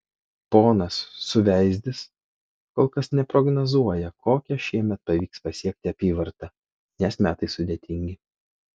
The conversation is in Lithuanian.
ponas suveizdis kol kas neprognozuoja kokią šiemet pavyks pasiekti apyvartą nes metai sudėtingi